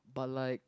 but like